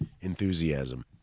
enthusiasm